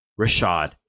Rashad